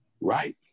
right